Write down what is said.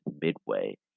Midway